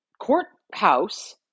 courthouse